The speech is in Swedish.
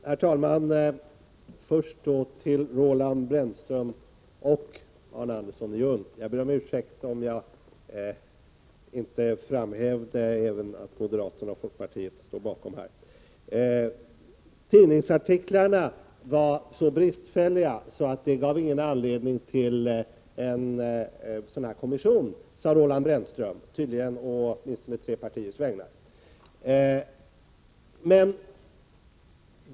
Herr talman! Jag vill först be Roland Brännström och Arne Andersson i Ljung om ursäkt om jag inte framhävde att även moderaterna och folkpartiet står bakom utskottsmajoritetens förslag. Tidningsartiklarna i Ny Teknik var så bristfälliga att de inte gav någon anledning att tillsätta en kommission, sade Roland Brännström, tydligen å åtminstone tre partiers vägnar.